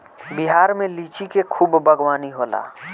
बिहार में लिची के खूब बागवानी होला